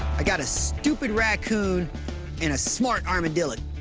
i got a stupid raccoon and a smart armadillo.